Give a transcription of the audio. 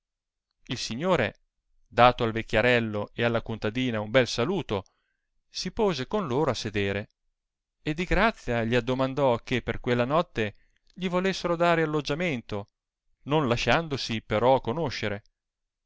il signore dato al vecchierello e alla contadina un bel saluto si pose con loro a sedere e di grazia gli addimandò che per quella notte gli volessero dare alloggiamento non lasciandosi però conoscere